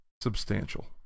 substantial